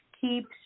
keeps